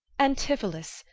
antipholus,